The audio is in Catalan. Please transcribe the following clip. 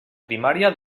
primària